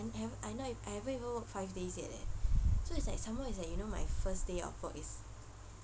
I haven't even worked five days yet eh so it's like some more you know my first day of work is